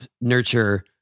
nurture